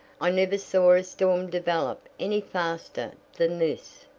i never saw a storm develop any faster than this.